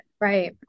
Right